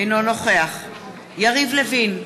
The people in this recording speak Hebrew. אינו נוכח יריב לוין,